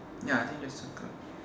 ya I think just circle